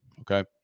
Okay